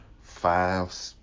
five